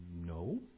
No